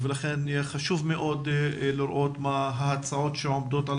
לכן חשוב מאוד לראות מה ההצעות שעומדות על